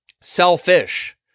selfish